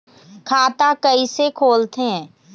खाता कइसे खोलथें?